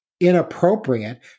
inappropriate